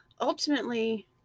ultimately